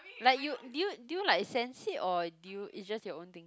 like you did you did you like sense it or did you it's just your own thing